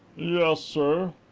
yes, sir.